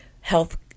health